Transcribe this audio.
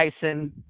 Tyson